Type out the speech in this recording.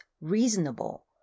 reasonable